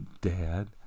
dad